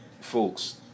folks